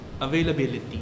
availability